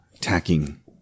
tacking